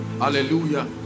Hallelujah